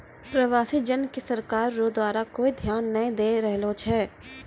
प्रवासी जन के सरकार रो द्वारा कोय ध्यान नै दैय रहलो छै